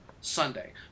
Sunday